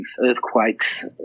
earthquakes